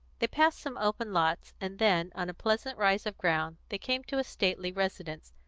they passed some open lots, and then, on a pleasant rise of ground, they came to a stately residence,